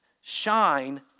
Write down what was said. Shine